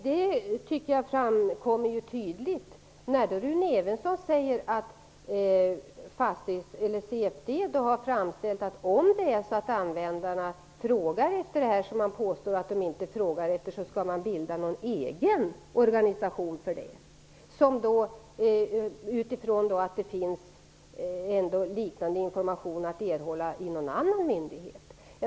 Detta framkommer tydligt när Rune Evensson säger att CFD har förklarat att man inte vill bilda någon egen organisation, om användarna frågar efter detta som han påstår att de inte frågar efter, om det finns liknande information att erhålla från någon annan myndighet.